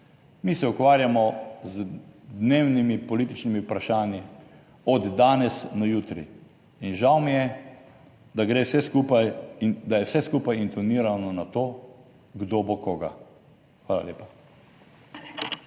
Mi se ukvarjamo z dnevnimi političnimi vprašanji od danes na jutri in žal mi je, da gre vse skupaj in da je vse skupaj intonirano na to, kdo bo koga. Hvala lepa.